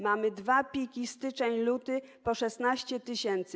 Mamy dwa piki, styczeń i luty, po 16 tys.